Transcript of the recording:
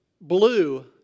blue